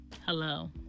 hello